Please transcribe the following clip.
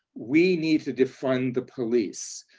we need to defund the police.